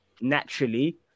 naturally